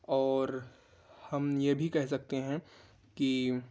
اور ہم یہ بھی کہہ سکتے ہیں کہ